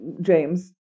James